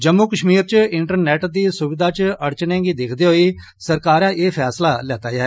जम्मू कश्मीर च इंटरनेट दी सुविधा च अड़चनें गी दिक्खदे होई सरकारै एह् फैसला कीता ऐ